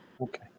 Okay